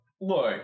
Look